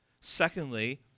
Secondly